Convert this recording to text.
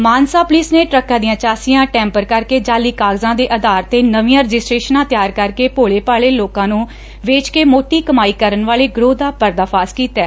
Mansa police ਨੇ ਟਰੱਕਾਂ ਦੀਆਂ ਚਾਸੀਆਂ ਟੈ ਪਰ ਕਰਕੇ ਜਾਅਲੀ ਕਾਗਜ਼ਾਂ ਦੇ ਆਧਾਰ ਤੇ ਨਵੀਆਂ ਰਜਿਸਟਰੇਸ਼ਨਾਂ ਤਿਆਰ ਕਰਕੇ ਭੋਲੇ ਭਾਲੇ ਲੋਕਾਂ ਨੂੰ ਵੇਚਕੇ ਮੋਟੀ ਕਮਾਈ ਕਰਨ ਵਾਲੇ ਗਿਰੋਹ ਦਾ ਪਰਦਾਫਾਸ ਕੀਤੈ